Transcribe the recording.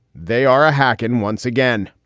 they are a hack and once again,